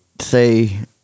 say